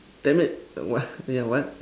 damn it what yeah what